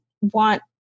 want